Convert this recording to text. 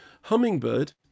Hummingbird